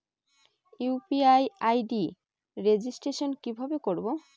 UPI ID registration কিভাবে করব?